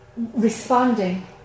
responding